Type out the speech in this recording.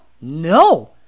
no